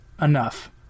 enough